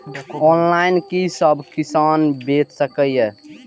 Online कि सब किसान बैच सके ये?